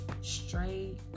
Straight